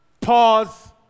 Pause